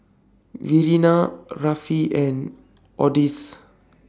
Verena Rafe and Odis